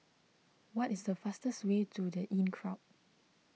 what is the fastest way to the Inncrowd